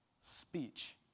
Speech